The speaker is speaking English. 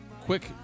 quick